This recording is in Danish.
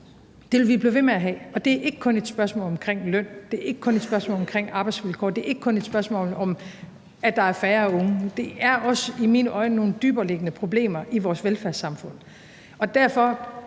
Det vil vi blive ved med at have, og det er ikke kun et spørgsmål omkring løn, det er ikke kun et spørgsmål omkring arbejdsvilkår, det er ikke kun et spørgsmål om, at der er færre unge. Det er også i mine øjne nogle dybereliggende problemer i vores velfærdssamfund. Og derfor